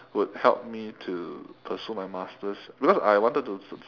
would help me to pursue my masters because I wanted to